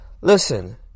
listen